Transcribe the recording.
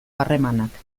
harremanak